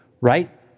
Right